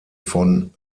von